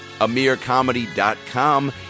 AmirComedy.com